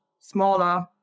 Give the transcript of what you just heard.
smaller